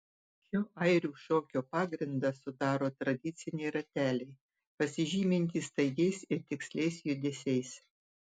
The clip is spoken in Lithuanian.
šio airių šokio pagrindą sudaro tradiciniai rateliai pasižymintys staigiais ir tiksliais judesiais